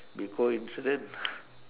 be coincident